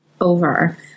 over